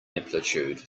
amplitude